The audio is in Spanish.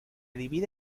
divide